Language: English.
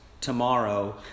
tomorrow